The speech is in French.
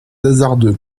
hasardeux